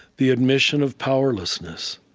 the admission of powerlessness.